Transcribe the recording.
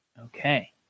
okay